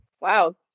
wow